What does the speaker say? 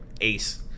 ace